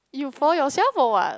you fall yourself or what